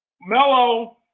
Melo